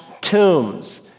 tombs